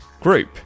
group